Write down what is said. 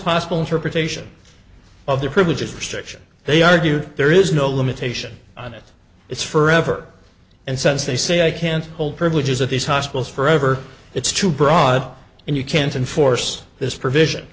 possible interpretation of the privileges restriction they argued there is no limitation on it it's forever and sense they say i can't hold privileges of these hospitals forever it's too broad and you can't enforce this provision